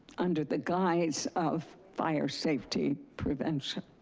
under the guise of fire safety prevention.